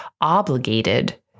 obligated